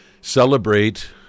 celebrate